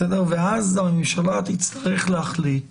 אז הממשלה תצטרך להחליט